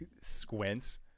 squints